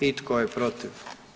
I tko je protiv?